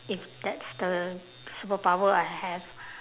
if that's the superpower I have